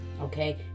Okay